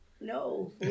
No